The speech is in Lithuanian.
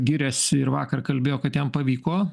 giriasi ir vakar kalbėjo kad jam pavyko